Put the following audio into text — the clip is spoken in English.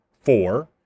four